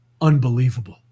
Unbelievable